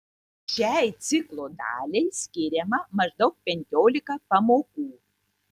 šiai ciklo daliai skiriama maždaug penkiolika pamokų